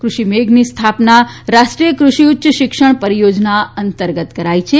કૃષિ મેઘની સ્થાપના રાષ્ટ્રીય કૃષિ ઉચ્ય શિક્ષણ પરીયોજના અંતર્ગત કરાઇ છે